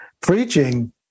preaching